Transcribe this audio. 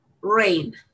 rain